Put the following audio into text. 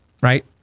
right